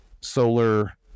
solar